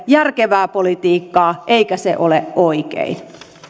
järkevää politiikkaa eikä se ole oikein